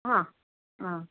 ஆ ஆ